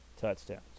touchdowns